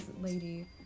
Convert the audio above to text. lady